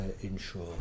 ensure